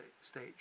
stage